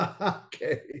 okay